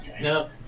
No